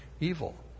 evil